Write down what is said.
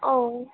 ও